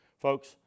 Folks